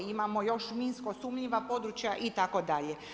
Imamo još i minsko sumnjiva područja itd.